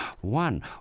one